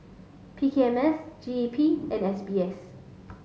P K M S G E P and S B S